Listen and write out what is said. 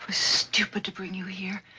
stupid to bring you here.